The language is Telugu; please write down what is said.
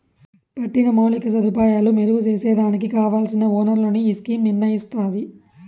పట్టిన మౌలిక సదుపాయాలు మెరుగు సేసేదానికి కావల్సిన ఒనరులను ఈ స్కీమ్ నిర్నయిస్తాది